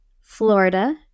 Florida